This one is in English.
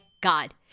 God